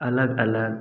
अलग अलग